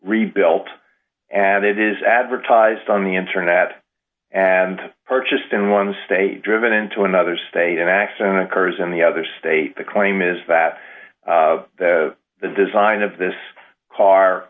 rebuilt and it is advertised on the internet and purchased in one state driven into another state an accident occurs in the other state the claim is that the design of this car